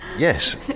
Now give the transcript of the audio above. yes